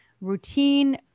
routine